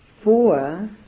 four